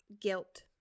Guilt